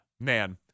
Man